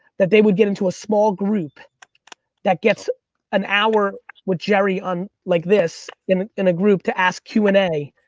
that they would get into a small group that get an hour with jerry on like this, in in a group to ask q and a,